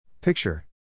Picture